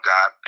God